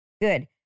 Good